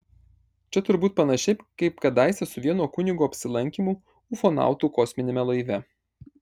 čia turbūt panašiai kaip kadaise su vieno kunigo apsilankymu ufonautų kosminiame laive